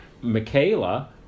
Michaela